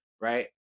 Right